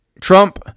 Trump